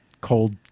cold